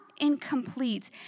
incomplete